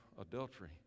adultery